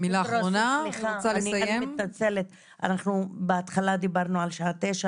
אני חייב להצטרף למה שאמרה נעמה נזימי ומה שאמרה עאידה תומא סלימאן.